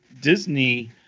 Disney